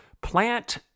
plant